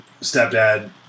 stepdad